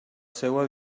seua